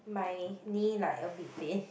my knee like a bit pain